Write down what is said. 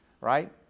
right